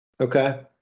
okay